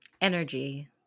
Energy